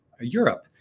Europe